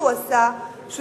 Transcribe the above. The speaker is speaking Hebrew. והוא עשה כמה דברים טובים,